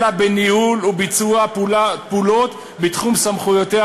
אלא בניהול וביצוע של פעולות בתחום סמכויותיה